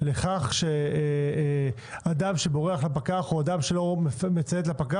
לכך שאדם שבורח לפקח או שלא מציית זו,